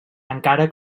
encara